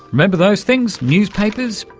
remember those things, newspapers,